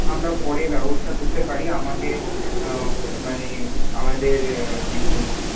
আমরা পরে ব্যবস্থা করতে পারি আমাকে মানে আমাদের যিনি